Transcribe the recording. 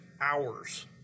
hours